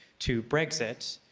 to brexit,